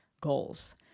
goals